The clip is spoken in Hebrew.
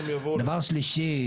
דבר שלישי,